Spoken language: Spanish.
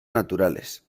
naturales